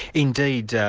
indeed. yeah